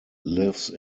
lives